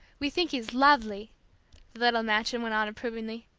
we think he's lovely, the little matron went on approvingly.